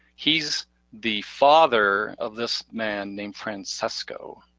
he's the father of this man named francensco,